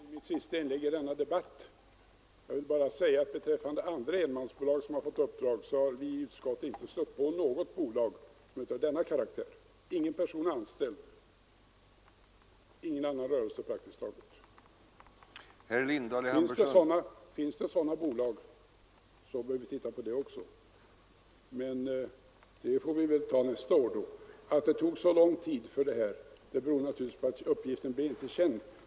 Herr talman! Detta skall bli mitt sista inlägg i denna debatt. Jag vill bara säga att beträffande andra enmansbolag som har fått uppdrag har vi i utskottet inte stött på något bolag av denna karaktär: ingen person anställd och praktiskt taget ingen annan rörelse. Finns det sådana bolag bör vi titta på dem också, men det får väl bli nästa år. Att det tog så lång tid beror naturligtvis på att uppgiften inte blev känd.